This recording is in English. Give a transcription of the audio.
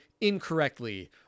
incorrectly